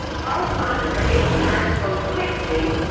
correspondent for npr's code switch team,